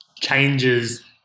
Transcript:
changes